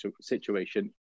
situation